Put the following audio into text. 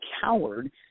coward